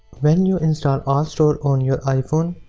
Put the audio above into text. when you install altstore on your iphone,